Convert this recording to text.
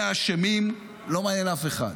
מי האשמים, לא מעניין אף אחד,